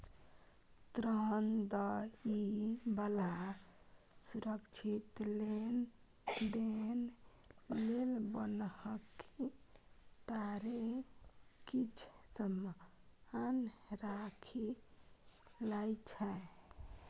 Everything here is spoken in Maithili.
ऋण दइ बला सुरक्षित लेनदेन लेल बन्हकी तरे किछ समान राखि लइ छै